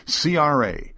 CRA